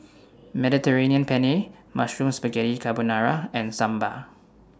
Mediterranean Penne Mushroom Spaghetti Carbonara and Sambar